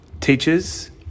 teachers